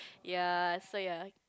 ya so ya